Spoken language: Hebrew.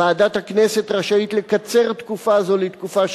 ועדת הכנסת רשאית לקצר תקופה זו לתקופה שתקבע.